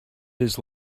his